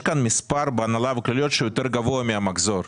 יש כאן מספר שהוא יותר גבוה מהמחזור.